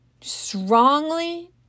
strongly